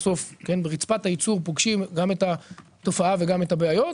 בסוף ברצפת הייצור פוגשים גם את התופעה וגם את הבעיות.